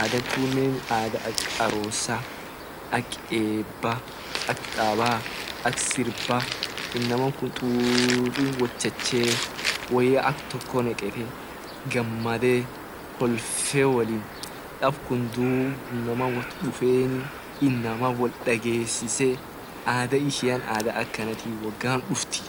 adha tunne adha ak arosa ak ebba ak taba ak sirba inamakun tutuu wot chachee woya ak toko nekete gamade kolfe wot tab dub inama wot dufeni inama wol dagesise ada ishian ada akanatii wogaf duftii.